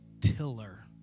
tiller